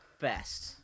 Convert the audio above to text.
best